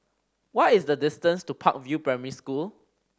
what is the distance to Park View Primary School